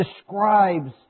describes